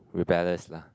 rebellious lah